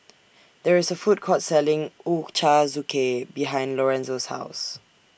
There IS A Food Court Selling Ochazuke behind Lorenza's House